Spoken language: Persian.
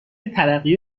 ترقی